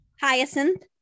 Hyacinth